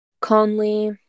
Conley